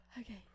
Okay